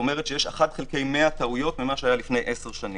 כלומר יש 1 חלקי 100 טעויות ממה שהיה לפני עשר שנים.